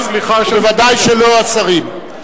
ובוודאי לא השרים.